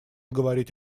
говорить